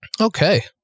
Okay